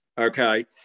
Okay